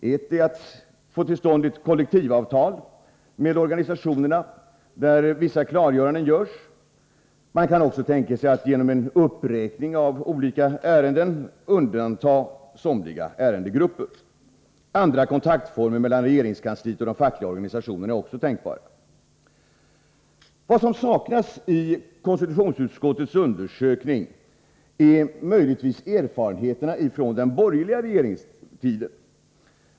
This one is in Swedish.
En är att sluta ett kollektivavtal med organisationerna med vissa klargöranden. Man kan även genom en uppräkning av olika ärenden undanta somliga ärendegrupper. Också andra kontaktformer mellan regeringskansliet och de fackliga organisationerna är tänkbara. Vad som saknas i konstitutionsutskottets undersökning är möjligtvis erfarenheterna från den borgerliga regeringstiden.